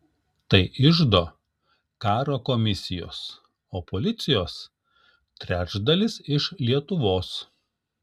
tai iždo karo komisijos o policijos trečdalis iš lietuvos